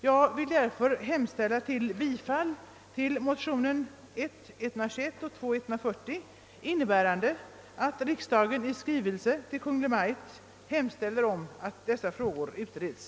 Jag vill hemställa om bifall till motionen I: 121 och II: 140, innebärande att riksdagen i skrivelse till Kungl. Maj:t hemställer att dessa frågor utreds.